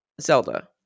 Zelda